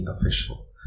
official